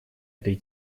этой